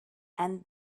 and